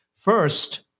First